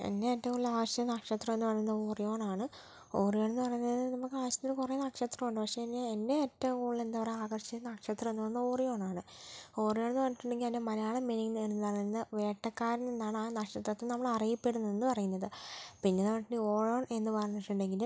എന്നെ ഏറ്റവും കൂടുതൽ ആകർഷിച്ച നക്ഷത്രം എന്ന് പറയുന്നത് ഓറിയോൺ ആണ് ഓറിയോൺ എന്ന് പറഞ്ഞ് കഴിഞ്ഞാൽ നമുക്ക് ആകാശത്തിൽ കുറേ നക്ഷത്രമുണ്ട് പക്ഷെ എന്നെ എന്നെ ഏറ്റവും കൂടുതൽ എന്താ പറയുക ആകർഷിച്ച നക്ഷത്രമെന്ന് പറഞ്ഞാൽ ഓറിയോൺ ആണ് ഓറിയോൺ എന്ന് പറഞ്ഞിട്ടുണ്ടെങ്കിൽ അതിൻ്റെ മലയാള മീനിങ്ങെന്നു പറയുന്നത് വേട്ടക്കാരൻ എന്നാണ് ആ നക്ഷത്രത്തെ നമ്മൾ അറിയപ്പെടുന്നതെന്ന് പറയുന്നത് പിന്നെയെന്ന് പറഞ്ഞിട്ടുണ്ടെങ്കിൽ ഓൾ എന്ന് പറഞ്ഞിട്ടുണ്ടെങ്കിൽ